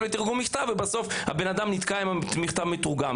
לתרגום מכתב ובסוף האדם נתקע עם מכתב מתורגם.